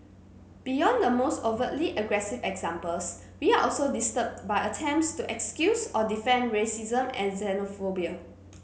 beyond the most overtly aggressive examples we are also disturbed by attempts to excuse or defend racism and xenophobia